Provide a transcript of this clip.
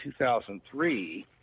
2003